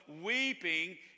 weeping